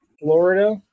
Florida